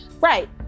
right